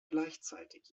gleichzeitig